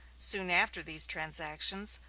soon after these transactions,